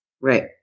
Right